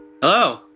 Hello